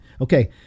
okay